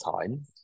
time